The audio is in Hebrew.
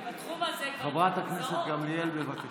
חברת הכנסת גמליאל, בבקשה.